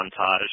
montage